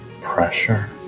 pressure